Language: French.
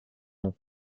nom